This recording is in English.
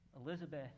Elizabeth